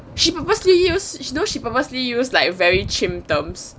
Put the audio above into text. she purposely use she no she purposely use like very chim terms